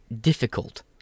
difficult